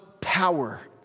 power